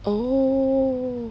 oh